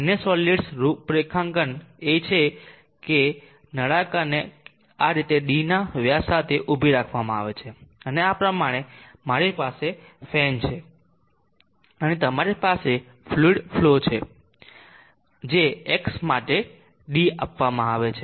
અન્ય સોલીડ્સ રૂપરેખાંકન એ છે કે નળાકારને આ રીતે dના વ્યાસ સાથે ઊભી રાખવામાં આવે છે અને આ પ્રમાણે મારી પાસે ફેન છે અને તમારી પાસે ફ્લુઈડ ફલો છે જે X માટે d આપવામાં આવે છે